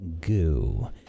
goo